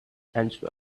answer